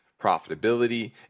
profitability